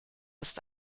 ist